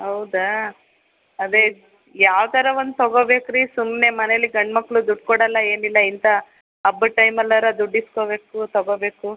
ಹೌದಾ ಅದೇ ಯಾವ್ದಾರು ಒಂದು ತಗೋಬೇಕರಿ ಸುಮ್ಮನೆ ಮನೇಲಿ ಗಂಡುಮಕ್ಳು ದುಡ್ಡು ಕೊಡಲ್ಲ ಏನಿಲ್ಲ ಇಂಥ ಹಬ್ಬದ ಟೈಮಲ್ಲಾರು ದುಡ್ಡು ಇಸ್ಕೋಬೇಕು ತಗೋಬೇಕು